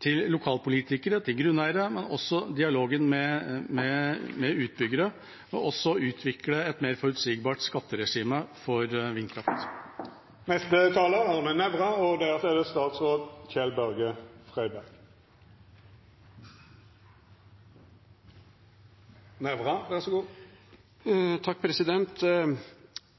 til lokalpolitikere, til grunneiere og dialogen med utbyggere – og å utvikle et mer forutsigbart skatteregime for vindkraft.